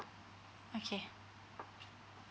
okay